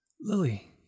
Lily